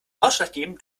ausschlaggebend